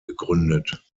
gegründet